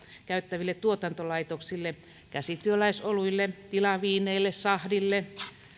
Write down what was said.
käyttäville tuotantolaitoksille käsityöläisoluille tilaviineille sahdille